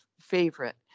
favorite